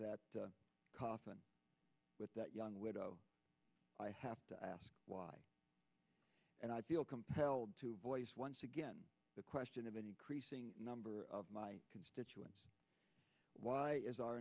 coffin with that young widow i have to ask why and i feel compelled to voice once again the question of any creasing number of my constituents why is our